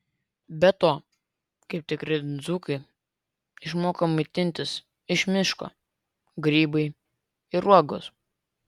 be to kaip tikri dzūkai išmoko maitintis iš miško grybai ir uogos